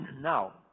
Now